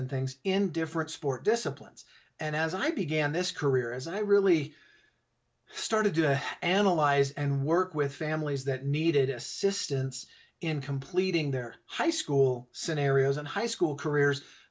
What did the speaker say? and things in different sport disciplines and as i began this career as i really started to analyze and work with families that needed assistance in completing their high school scenarios and high school careers